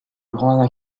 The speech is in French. grand